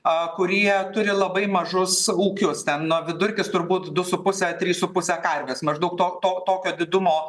a kurie turi labai mažus ūkius ten nu vidurkis turbūt du su puse tris su puse karvės maždaug to to tokio didumo